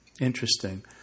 Interesting